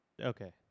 Okay